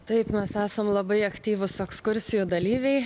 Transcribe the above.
taip mes esam labai aktyvūs ekskursijų dalyviai